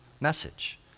message